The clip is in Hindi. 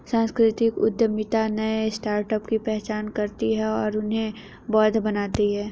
सांस्कृतिक उद्यमिता नए स्टार्टअप की पहचान करती है और उन्हें वैध बनाती है